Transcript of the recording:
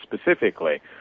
specifically